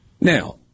Now